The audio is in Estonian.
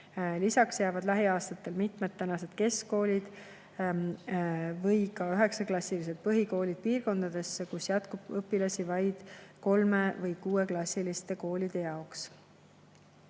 Lisaks jäävad lähiaastatel mitmed tänased keskkoolid või üheksaklassilised põhikoolid piirkondadesse, kus jätkub õpilasi vaid kolme- või kuueklassiliste koolide jaoks.